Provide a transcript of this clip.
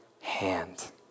hand